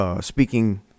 speaking